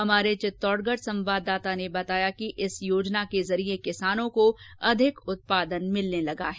हमारे चित्तौड़गढ संवाददाता ने बताया कि इस योजना के जरिये किसानों को अधिक उत्पादन मिलने लगा है